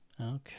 okay